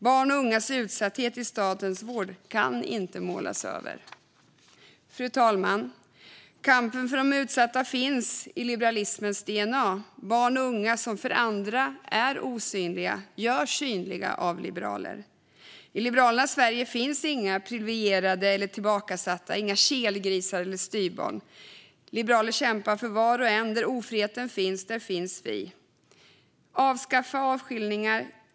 Barns och ungas utsatthet i statens vård kan inte målas över. Fru talman! Kampen för de utsatta finns i liberalismens dna. Barn och unga som för andra är osynliga görs synliga av liberaler. I Liberalernas Sverige finns inga privilegierade eller tillbakasatta, inga kelgrisar eller styvbarn. Liberaler kämpar för var och en. Där ofriheten finns, där finns vi. Avskaffa avskiljningar!